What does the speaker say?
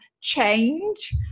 change